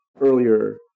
earlier